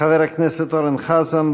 חבר הכנסת אורן חזן,